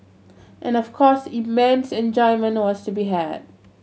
and of course immense enjoyment was to be had